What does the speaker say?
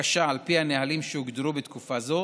בקשה על פי הנהלים שהוגדרו בתקופה זו